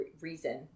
reason